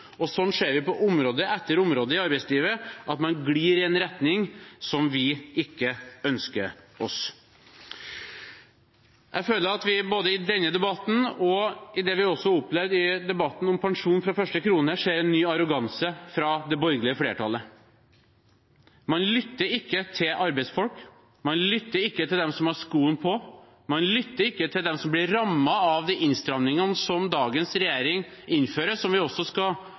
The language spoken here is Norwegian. ser på område etter område i arbeidslivet at man glir i en retning som vi ikke ønsker oss. Jeg føler at vi både i denne debatten og i det vi har opplevd i debatten om pensjon fra første krone, ser en ny arroganse fra det borgerlige flertallet. Man lytter ikke til arbeidsfolk, man lytter ikke til dem som har skoen på, og man lytter ikke til dem som blir rammet av de innstrammingene som dagens regjering innfører, som vi også skal